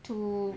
too